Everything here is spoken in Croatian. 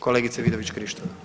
Kolegice Vidović Krišto.